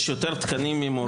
יש יותר תקנים ממורים.